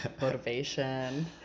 motivation